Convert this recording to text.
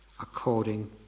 according